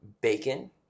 bacon